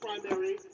primary